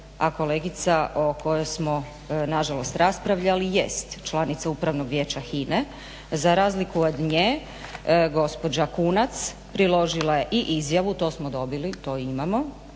a kolegica o kojoj smo nažalost raspravljali jest članica Upravnog vijeća HINA-e, za razliku od nje gospođa Kunac priložila je i izjavu, to smo dobili, to imamo,